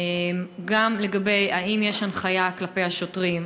האם יש הנחיה כלפי השוטרים?